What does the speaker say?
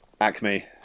Acme